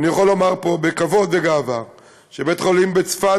אני יכול לומר פה בכבוד ובגאווה שבתי-החולים בצפת